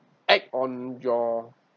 act on your